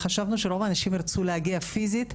חשבנו שרוב הנשים ירצו להגיע פיזית.